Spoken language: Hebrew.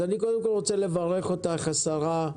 אני קודם כל רוצה לברך אותך, השרה,